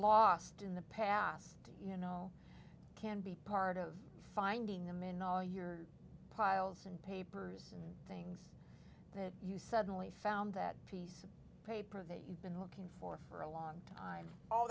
lost in the past you know can be part of finding them in all your piles and papers and things that you suddenly found that piece of paper that you've been looking for for a long time